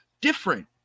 different